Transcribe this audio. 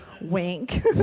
wink